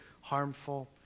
harmful